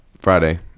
Friday